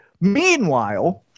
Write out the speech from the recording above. Meanwhile